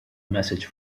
message